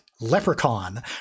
Leprechaun